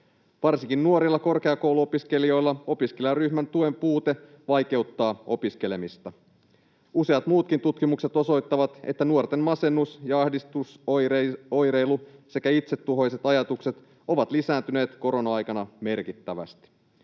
Varsinkin nuorilla korkeakouluopiskelijoilla opiskelijaryhmän tuen puute vaikeuttaa opiskelemista. Useat muutkin tutkimukset osoittavat, että nuorten masennus‑ ja ahdistusoireilu sekä itsetuhoiset ajatukset ovat lisääntyneet korona-aikana merkittävästi.